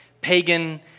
pagan